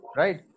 right